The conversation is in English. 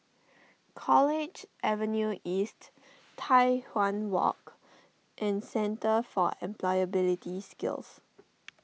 College Avenue East Tai Hwan Walk and Centre for Employability Skills